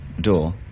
door